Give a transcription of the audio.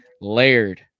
layered